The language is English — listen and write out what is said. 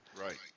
Right